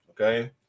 Okay